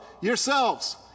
yourselves